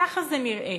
ככה זה נראה.